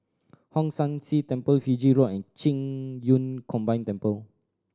Hong San See Temple Fiji Road and Qing Yun Combined Temple